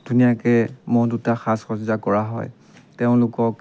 ধুনীয়াকৈ ম'হ দুটা সাজ সজ্জা কৰা হয় তেওঁলোকক